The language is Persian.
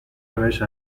روش